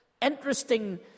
interesting